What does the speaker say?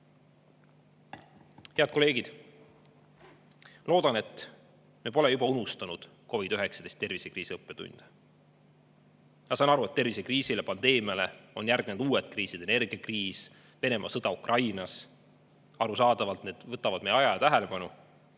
Head kolleegid! Loodan, et me pole juba unustanud COVID‑19 tervisekriisi õppetunde. Ma saan aru, et tervisekriisile, pandeemiale on järgnenud uued kriisid: energiakriis, Venemaa sõda Ukrainas. Arusaadavalt need võtavad meie aja ja tähelepanu.